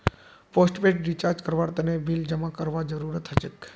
postpaid recharge करवार तने bill जमा करवार जरूरत हछेक